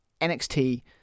NXT